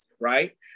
right